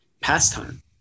pastime